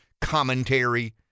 commentary